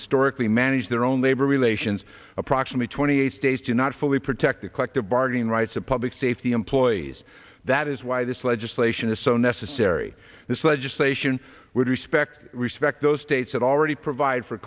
historically managed their own labor relations approximately twenty eight states do not fully protect the collective bargaining rights of public safety employees that is why this legislation is so necessary this legislation would respect respect those states that already provide for